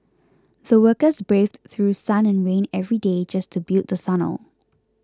the workers braved through sun and rain every day just to build the tunnel